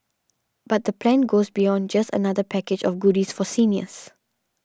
but the plan goes beyond just another package of goodies for seniors